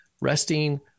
resting